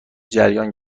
جریان